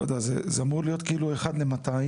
לא יודע, זה אמור להיות כאילו 1 ל-200.